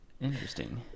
Interesting